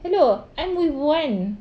hello I'm with one